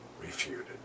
refuted